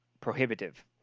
prohibitive